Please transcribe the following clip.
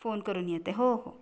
phone करून येते हो हो